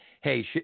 hey